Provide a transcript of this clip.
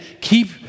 keep